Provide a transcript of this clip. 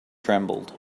trembled